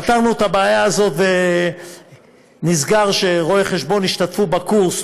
פתרנו את הבעיה הזאת ונסגר שרואי-חשבון ישתתפו בקורס,